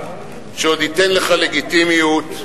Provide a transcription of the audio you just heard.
שעוד ייתן לך לגיטימיות,